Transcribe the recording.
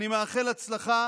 אני מאחל הצלחה